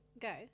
go